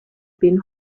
been